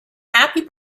happy